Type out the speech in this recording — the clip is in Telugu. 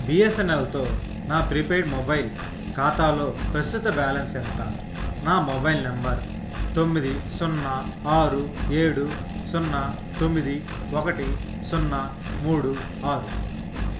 బి ఎస్ ఎన్ ఎల్తో నా ప్రీపెయిడ్ మొబైల్ ఖాతాలో పస్తుత బ్యాలెన్స్ ఎంత నా మొబైల్ నంబర్ తొమ్మిది సున్నా ఆరు ఏడు సున్నా తొమ్మిది ఒకటి సున్నా మూడు ఆరు